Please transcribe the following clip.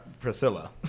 Priscilla